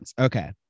Okay